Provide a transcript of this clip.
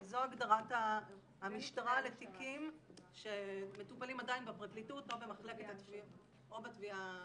זו הגדרת המשטרה לתיקים שמטופלים עדיין בפרקליטות או בתביעה המשטרתית.